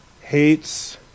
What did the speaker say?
Hates